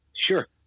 Sure